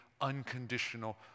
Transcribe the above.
unconditional